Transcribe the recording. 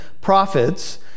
prophets